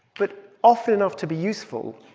but often enough to be useful,